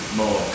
more